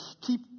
keep